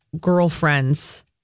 girlfriend's